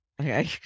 Okay